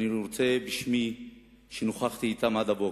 אני נכחתי אתם עד הבוקר,